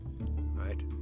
Right